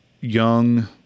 young